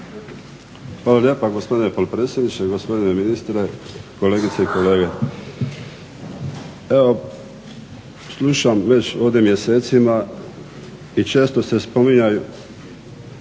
Hvala lijepa gospodine potpredsjedniče. Gospodine ministre, kolegice i kolege. Evo slušam već ovdje mjesecima i često se spominju